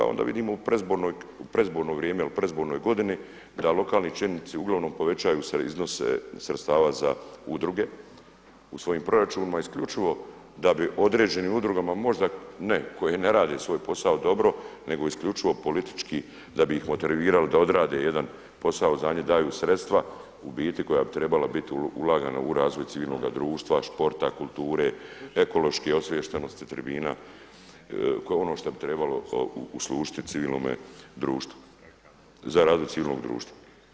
Onda vidimo u predizborno vrijeme, u predizbornoj godini da lokalni čelnici uglavnom povećaju iznose sredstava za udruge u svojim proračunima isključivo da bi određenim udrugama možda ne koje ne rade svoj posao dobro nego isključivo politički da bi ih motivirali da odrade jedan posao, za nju daju sredstva u biti koja bi trebala biti ulagana u razvoj civilnoga društva, sporta, kulture, ekološke osviještenosti, tribina kao ono što bi trebalo uslužiti civilnome društvu za razvoj civilnog društva.